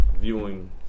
viewing